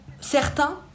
certains